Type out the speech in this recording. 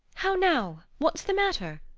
how now! what's the matter?